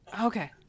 Okay